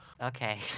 Okay